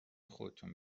خودتون